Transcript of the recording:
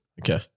Okay